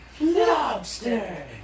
lobster